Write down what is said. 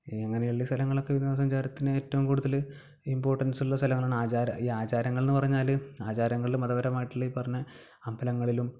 ഇങ്ങനെയുള്ള സ്ഥലങ്ങളൊക്കെ വിനോദസഞ്ചാരത്തിന് ഏറ്റവും കൂടുതല് ഇംപോർട്ടൻസ് ഉള്ള സ്ഥലങ്ങളാണ് ആചാര ഈ ആചാരങ്ങൾ എന്ന് പറഞ്ഞാല് ആചാരങ്ങളും മതപരമായിട്ടുള്ള ഈ പറഞ്ഞ അമ്പലങ്ങളിലും ഈ